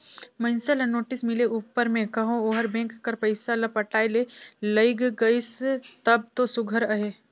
मइनसे ल नोटिस मिले उपर में कहो ओहर बेंक कर पइसा ल पटाए में लइग गइस तब दो सुग्घर अहे